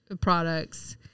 products